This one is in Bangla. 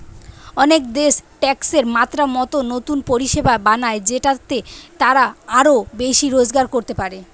অনেক দেশ ট্যাক্সের মাত্রা মতো নতুন পরিষেবা বানায় যেটাতে তারা আরো বেশি রোজগার করতে পারে